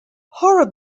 horror